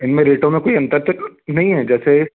इनमें रेटों में कोइ अंतर तो नहीं है जैसे